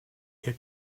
ihr